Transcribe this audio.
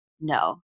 no